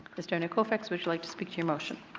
ms. derenak kaufax, would you like to speak to your motion?